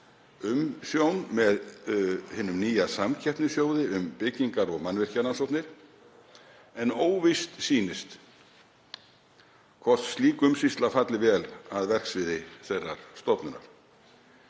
umsjón með hinum nýja samkeppnissjóði um byggingar- og mannvirkjarannsóknir en óvíst sýnist hvort slík umsýsla falli vel að verksviði þeirrar stofnunar.